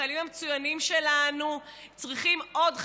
והחיילים המצוינים שלנו צריכים עוד חיילים,